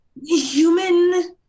human